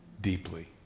deeply